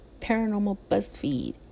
paranormalbuzzfeed